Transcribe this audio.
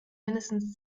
mindestens